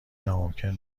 ناممکن